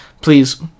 please